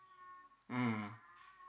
mm